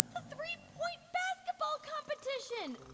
the three-point basketball competition.